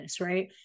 right